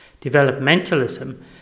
Developmentalism